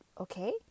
okay